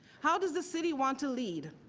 how does the city want to lead.